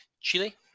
chile